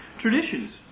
traditions